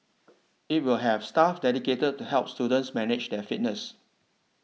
it will have staff dedicated to help students manage their fitness